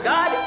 God